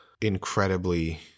incredibly